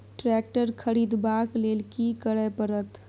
Tractor खरीदबाक लेल की करय परत?